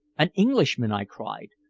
an englishman! i cried.